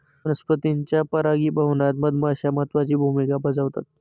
वनस्पतींच्या परागीभवनात मधमाश्या महत्त्वाची भूमिका बजावतात